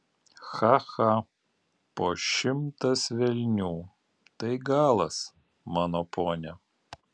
cha cha po šimtas velnių tai galas mano pone